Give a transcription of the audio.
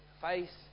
face